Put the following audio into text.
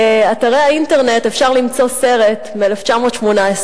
באתרי האינטרנט אפשר למצוא סרט מ-1918,